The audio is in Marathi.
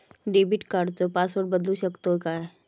डेबिट कार्डचो पासवर्ड बदलु शकतव काय?